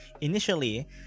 Initially